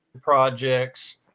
projects